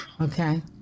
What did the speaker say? okay